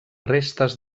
restes